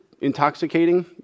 intoxicating